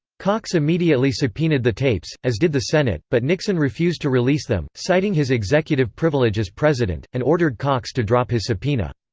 cox immediately subpoenaed the tapes, as did the senate, but nixon refused to release them, citing his executive privilege as president, and ordered cox to drop his subpoena.